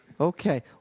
Okay